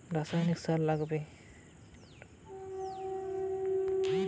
হেক্টরে কত কুইন্টাল রাসায়নিক সার লাগবে?